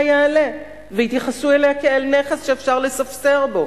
יעלה ויתייחסו אליה כאל נכס שאפשר לספסר בו?